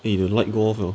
eh your light go off ah